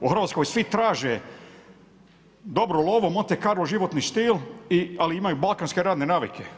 U Hrvatskoj svi traže dobru lovu, Monte Carlo životni stil, ali imaju balkanske radne navike.